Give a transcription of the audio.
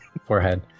forehead